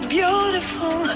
beautiful